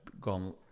gone